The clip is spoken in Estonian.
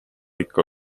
ikka